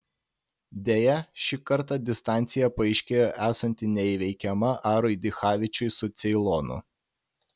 deja šį kartą distancija paaiškėjo esanti neįveikiama arui dichavičiui su ceilonu